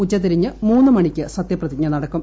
ഉച്ച തിരിഞ്ഞ് മൂന്ന് മണിക്ക് സത്യപ്രതിജ്ഞ നടക്കും